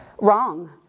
wrong